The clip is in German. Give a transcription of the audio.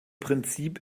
prinzip